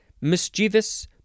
mischievous